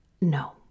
No